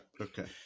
Okay